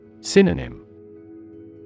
Synonym